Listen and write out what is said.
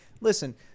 listen